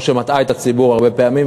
או כשהיא מטעה את הציבור הרבה פעמים,